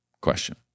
question